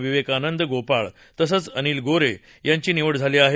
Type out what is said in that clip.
विवेकानंद गोपाळ तसंच अनिल गोरे यांची निवड झाली आहे